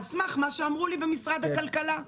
על סמך מה שאמרו לי במשרד הכלכלה.